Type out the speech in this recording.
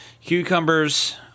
Cucumbers